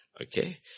okay